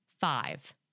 Five